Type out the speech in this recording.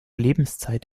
lebenszeit